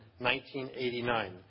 1989